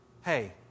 Hey